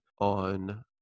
on